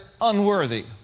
unworthy